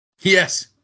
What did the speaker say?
Yes